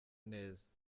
neza